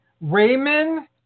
Raymond